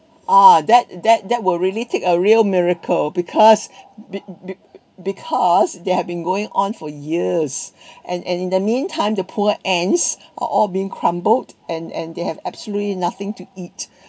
uh that that that will really take a real miracle because be~ be~ because there have been going on for years and and in the meantime the poor ends or all being crumbled and and they have absolutely nothing to eat